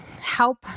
help